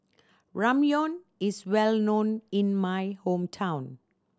Ramyeon is well known in my hometown